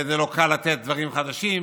וזה לא קל לתת דברים חדשים,